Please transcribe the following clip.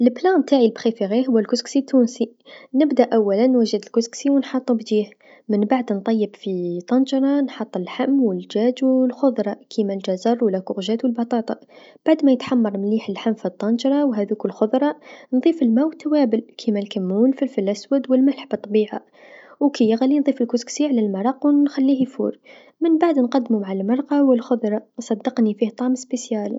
الطبق نتاعي المفضل هو الكسكسي التونسي، نبدا أولا و نشد الكسكسي و نحطوبجيه منبعد نطيب في طنجرا نحط اللحم و الجاج و الخضرا كيما الجزر و الكوسه و البطاطا بعد ما يتحمر مليح اللحم في الطنجره و هاذوك الخضرا نضيف الما و التوابل كيما الكمون الفلفل الأسود و الملح بالطبيعه و كيغلي نضيف الكسكسي على المرق و نخليه يفور منبعد نقدرموا مع المرقه و الخضره، صدقني عندو طعم خاص.